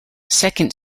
second